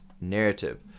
narrative